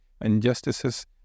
injustices